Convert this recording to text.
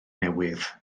newydd